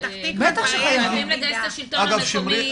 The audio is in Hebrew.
בפתח תקווה חייבים לגיס את השלטון המקומי